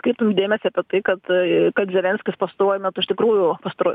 atkreiptum dėmesį apie tai kad kad zelenskis pastaruoju metu iš tikrųjų pastaro